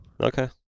Okay